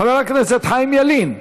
חבר הכנסת חיים ילין.